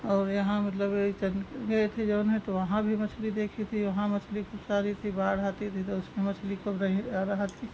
और यहाँ मतलब यही तनिक गए थे जो है तो वहाँ भी मछली देखी थी वहाँ मछली खूब सारी थी बाढ़ आती थी तो उसमें मछली खूब रही रहत ही